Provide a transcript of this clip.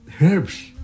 herbs